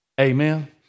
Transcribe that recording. Amen